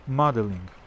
modeling